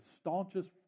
staunchest